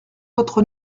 votre